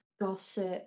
gossip